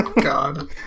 God